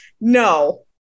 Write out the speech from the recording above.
no